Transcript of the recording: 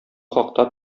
хакта